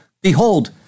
Behold